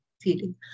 feeling